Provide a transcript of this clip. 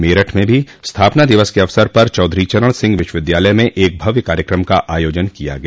मेरठ में स्थापना दिवस के अवसर पर चौधरी चरण सिंह विश्वविद्यालय में एक भव्य कार्यकम का आयोजन किया गया